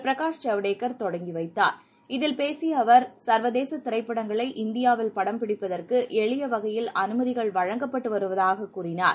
பிரகாஷ் ஜவடேக்கர் தொடங்கி வைத்தார் இதில் பேசிய அவர் சர்வதேச திரைப்படங்களை இந்தியாவில் படம் பிடிப்பதற்கு எளிய வகையில் அனுமதிகள் வழங்கப்பட்டு வருவதாக கூறினார்